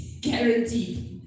Guaranteed